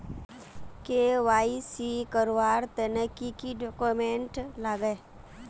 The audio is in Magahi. के.वाई.सी करवार तने की की डॉक्यूमेंट लागे?